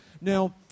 Now